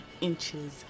inches